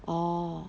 orh